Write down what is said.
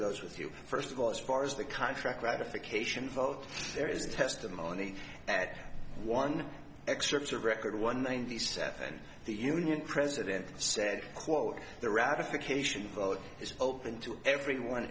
those with you first of all as far as the contract ratification vote there is testimony that one excerpts of record one ninety seven the union president said quote the ratification vote is open to everyone